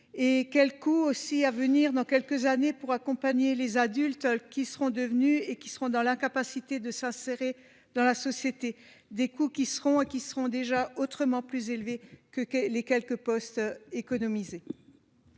Et quel coût aussi à venir dans quelques années pour accompagner les adultes qui seront devenus et qui seront dans l'incapacité de s'insérer dans la société, des coûts qui seront et qui seront déjà autrement plus élevés que que les quelques postes économiser.